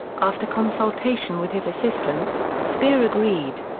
after consultation with his assistants, speer agreed.